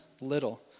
little